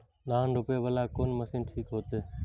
धान रोपे वाला कोन मशीन ठीक होते?